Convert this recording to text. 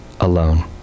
alone